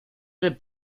del